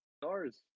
stars